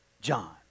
John